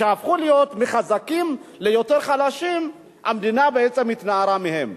כשהפכו להיות מחזקים ליותר חלשים המדינה בעצם התנערה מהם.